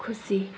खुसी